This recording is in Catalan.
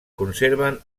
conserven